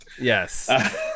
Yes